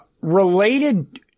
related